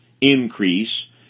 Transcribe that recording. increase